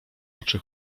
oczy